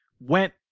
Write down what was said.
went